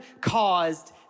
caused